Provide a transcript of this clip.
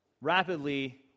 rapidly